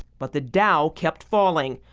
but the dow kept falling.